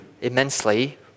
immensely